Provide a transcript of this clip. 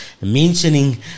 mentioning